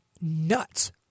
nuts